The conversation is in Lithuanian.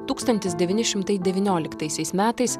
tūkstantis devyni šimtai devynioliktaisiais metais